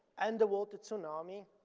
underwater tsunami,